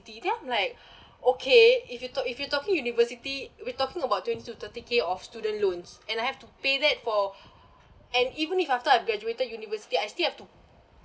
then I'm like okay if you talk if you talking university we talking about twenty to thirty K of student loans and I have to pay that for and even if after I graduated university I still have to